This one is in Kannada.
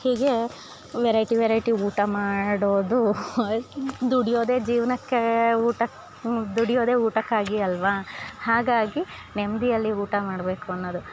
ಹೀಗೆ ವೆರೈಟಿ ವೆರೈಟಿ ಊಟ ಮಾಡೋದು ದುಡಿಯೋದೇ ಜೀವನಕ್ಕೇ ಊಟ ಹ್ಞೂ ದುಡಿಯೋದೇ ಊಟಕ್ಕಾಗಿ ಅಲ್ವ ಹಾಗಾಗಿ ನೆಮ್ದಿಯಲ್ಲಿ ಊಟ ಮಾಡಬೇಕು ಅನ್ನೋದು